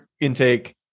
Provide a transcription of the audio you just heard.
intake